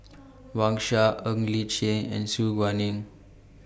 Wang Sha Ng Li Chin and Su Guaning